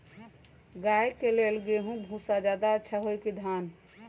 गाय के ले गेंहू के भूसा ज्यादा अच्छा होई की धान के?